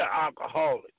alcoholic